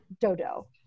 dodo